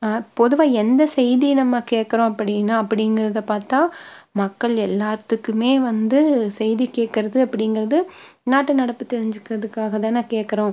பொதுவாக எந்த செய்தியை நம்ம கேட்குறோம் அப்படின்னா அப்படிங்குறத பார்த்தா மக்கள் எல்லாத்துக்குமே வந்து செய்தி கேட்குறது அப்படிங்குறது நாட்டு நடப்பு தெரிஞ்சுக்கிறதுக்காக தானே கேட்குறோம்